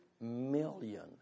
million